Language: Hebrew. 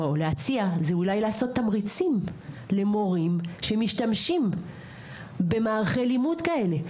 או להציע זה אולי לעשות תמריצים למורים שמשתמשים במערכי לימוד כאלה,